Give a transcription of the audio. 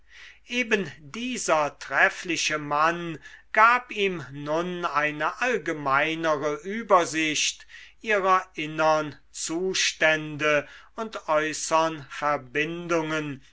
eben dieser treffliche mann gab ihm nun eine allgemeinere übersicht ihrer innern zustände und äußern verbindungen